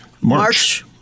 March